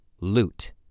loot